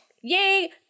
Yay